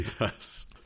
Yes